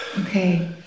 Okay